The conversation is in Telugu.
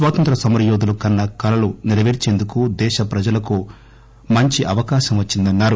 స్వాతంత్ర్య సమరయోధులు కన్న కలలు నెరవేర్చేందుకు దేశ ప్రజలకు అవకాశం వచ్చిందన్నారు